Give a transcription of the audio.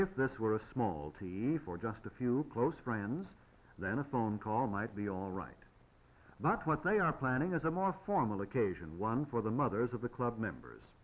if this were a small team or just a few close friends then a phone call might be all right but what they are planning is a more formal occasion one for the mothers of the club members